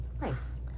nice